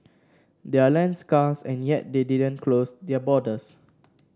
they're land scarce and yet they didn't close their borders